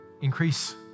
increase